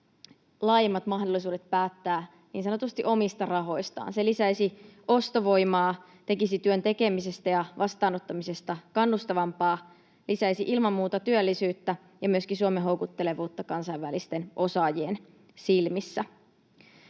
laajemmat mahdollisuudet päättää niin sanotusti omista rahoistaan. Se lisäisi ostovoimaa, tekisi työn tekemisestä ja vastaanottamisesta kannustavampaa sekä lisäisi ilman muuta työllisyyttä ja myöskin Suomen houkuttelevuutta kansainvälisten osaajien silmissä.